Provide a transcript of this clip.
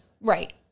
Right